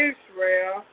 Israel